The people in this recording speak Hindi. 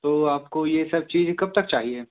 तो आपको ये सब चीज कब तक चाहिए